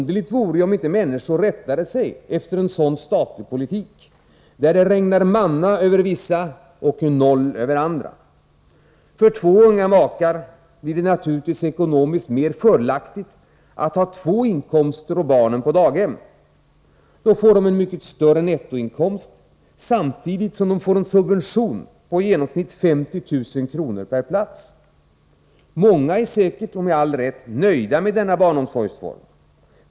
Det vore underligt om människor inte rättade sig efter en sådan statlig politik, där det regnar manna över vissa och ingenting över andra. För två unga makar blir det naturligtvis ekonomiskt mer fördelaktigt att ha två inkomster och barnen på daghem. De får därmed en betydligt större nettoinkomst, samtidigt som de får en subvention på i genomsnitt 50 000 kr. per plats. Många är säkert — och med all rätt — nöjda med denna barnomsorgsform.